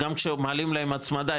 גם כשמעלים להם הצמדה,